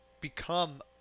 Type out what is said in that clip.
become